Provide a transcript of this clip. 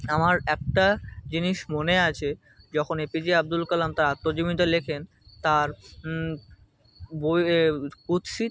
আমার একটা জিনিস মনে আছে যখন এপিজে আবদুল কালাম তার আত্মজীবনীতে লেখেন তার বই কুৎসিত